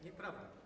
Nieprawda.